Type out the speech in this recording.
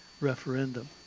referendum